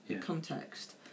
context